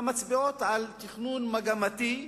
המצביעות על תכנון מגמתי,